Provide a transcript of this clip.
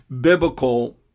biblical